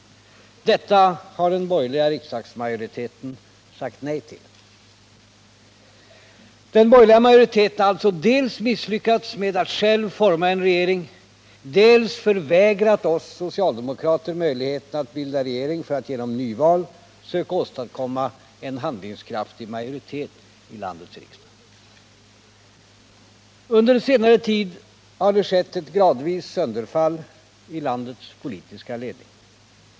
Detta har den borgerliga riksdagsmajoriteten sagt nej till. Den borgerliga majoriteten har alltså dels misslyckats med att själv forma en regering, dels förvägrat oss socialdemokrater möjligheten att bilda regering för att genom nyval söka åstadkomma en handlingskraftig majoritet i landets riksdag. Under senare tid har det skett ett gradvis sönderfall i landets politiska ledning.